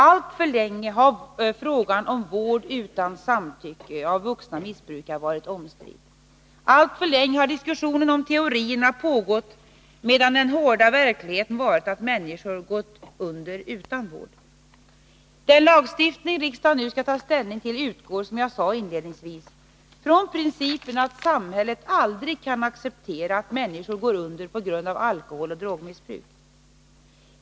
Alltför länge har frågan om vård utan samtycke av vuxna missbrukare varit omstridd. Alltför länge har diskussionen om teorierna pågått medan den hårda verkligheten varit att människor har gått under utan vård. Den lagstiftning riksdagen nu skall ta ställning till utgår, som jag sade inledningsvis, ifrån principen att samhället aldrig kan acceptera att människor går under på grund av alkoholoch drogmissbruk.